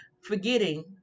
Forgetting